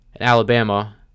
Alabama